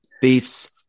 Beefs